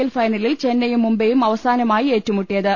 L ഫൈനലിൽ ചെന്നൈയും മുംബൈയും അവസാനമായി ഏറ്റുമുട്ടിയത്